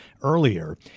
earlier